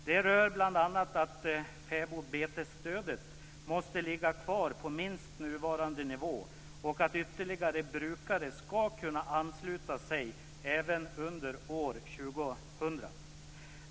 Det rör bl.a. att fäbodbetesstödet minst måste ligga kvar på nuvarande nivå och att ytterligare brukare ska kunna ansluta sig även under år 2000.